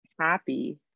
happy